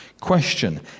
question